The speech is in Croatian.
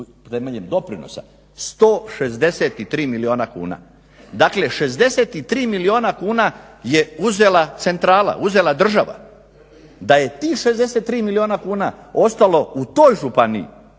temeljem doprinosa? 163 milijuna kuna. Dakle, 63 milijuna kuna je uzela centrala, uzela država. Da je tih 63 milijuna kuna ostalo u toj županiji